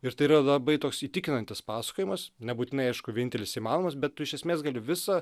ir tai yra labai toks įtikinantis pasakojimas nebūtinai aišku vienintelis įmanomas bet tu iš esmės gali visą